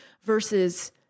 versus